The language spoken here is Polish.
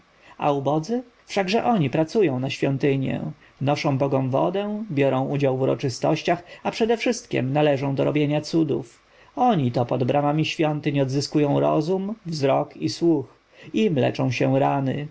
a ubodzy wszakże oni pracują na świątynie noszą bogom wodę biorą udział w uroczystościach a przedewszystkiem należą do robienia cudów oni to pod bramami świątyń odzyskują rozum wzrok i słuch im leczą się rany